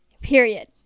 Period